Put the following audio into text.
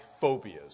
phobias